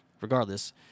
regardless